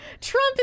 Trump